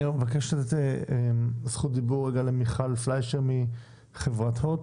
אני מבקש לתת זכות דיבר למיכל פליישר מחברת הוט,